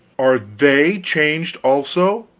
are they changed also?